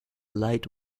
light